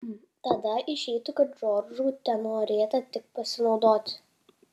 tada išeitų kad džordžu tenorėta tik pasinaudoti